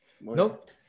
Nope